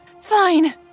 Fine